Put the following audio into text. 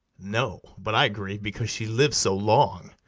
no, but i grieve because she liv'd so long,